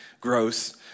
gross